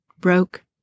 broke